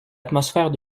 atmosphère